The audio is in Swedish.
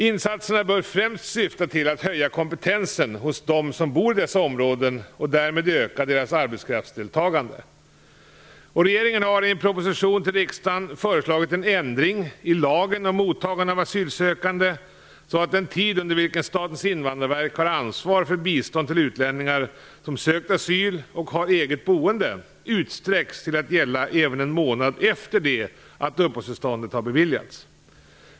Insatserna bör främst syfta till att höja kompetensen hos dem som bor i dessa områden och därmed öka deras arbetskraftsdeltagande. Regeringen har i en proposition till riksdagen föreslagit en ändring i lagen om mottagande av asylsökande så att den tid under vilken Statens invandrarverk har ansvar för bistånd till utlänningar, som sökt asyl och har eget boende, utsträcks till att gälla även en månad efter det att uppehållstillstånd har beviljats.